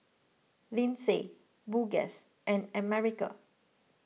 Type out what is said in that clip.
Lindsay Burgess and America